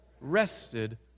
rested